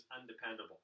undependable